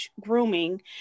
grooming